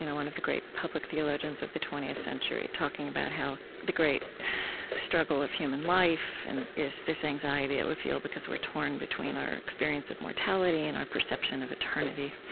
you know one of the great public theologians of the twentieth century, talking about how the great struggle of human life and is this anxiety that we feel because we're torn between our experience of mortality and our perception of eternity.